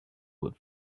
would